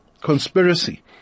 conspiracy